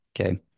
Okay